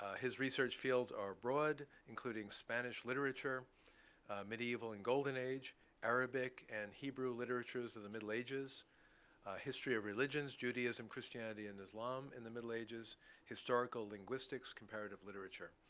his research fields are broad, including spanish literature medieval and golden age arabic and hebrew literatures of the middle ages history of religions, judaism, christianity, and islam in the middle ages historical linguistics comparative literature.